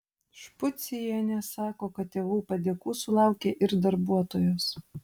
špucienė sako kad tėvų padėkų sulaukia ir darbuotojos